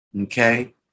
okay